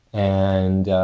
and